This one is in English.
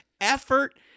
effort